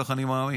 כך אני מאמין.